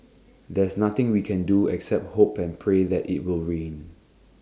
there's nothing we can do except hope and pray that IT will rain